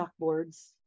chalkboards